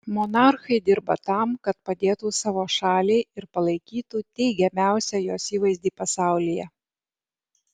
monarchai dirba tam kad padėtų savo šaliai ir palaikytų teigiamiausią jos įvaizdį pasaulyje